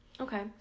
Okay